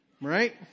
right